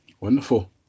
Wonderful